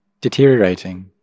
deteriorating